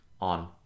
on